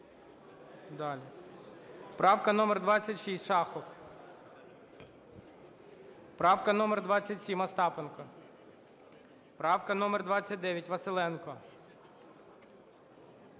правки. Правка номер 26. Шахов. Правка номер 27, Остапенко. Правка номер 29, Василенко.